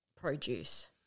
produce